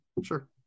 Sure